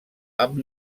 amb